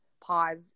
pause